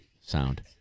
sound